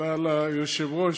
תודה ליושב-ראש.